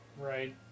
Right